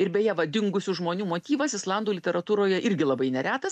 ir beje va dingusių žmonių motyvas islandų literatūroje irgi labai neretas